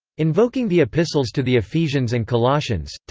invoking the epistles to the ephesians and colossians,